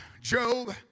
Job